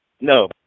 No